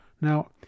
Now